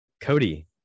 cody